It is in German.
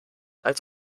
als